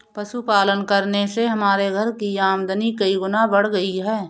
पशुपालन करने से हमारे घर की आमदनी कई गुना बढ़ गई है